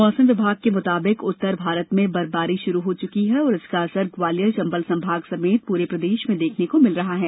मौसम विभाग के मुताबिक उत्तर भारत में बर्फबारी शुरू हो चुकी है और इसके असर से ग्वालियर चम्बल संभाग समेत पूरे प्रदेश में देखने को मिल रहा है